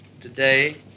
today